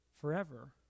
forever